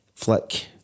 flick